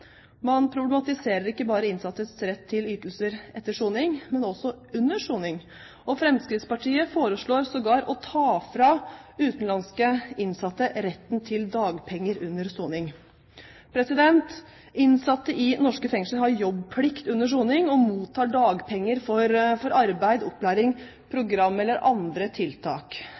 Man problematiserer ikke bare innsattes rett til ytelser etter soning, men også under soning. Fremskrittspartiet foreslår sågar å ta fra utenlandske innsatte retten til dagpenger under soning. Innsatte i norske fengsler har jobbplikt under soning og mottar dagpenger for arbeid, opplæring, program eller andre tiltak.